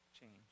change